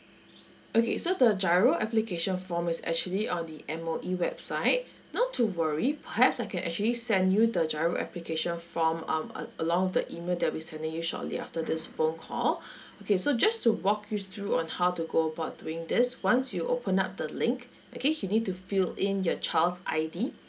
okay so the GIRO application form is actually on the M_O_E website not to worry perhaps I can actually send you the GIRO application form um uh along with the email that we're sending you shortly after this phone call okay so just to walk you through on how to go about doing this once you open up the link okay you need to fill in your child's I_D